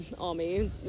army